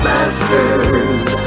Masters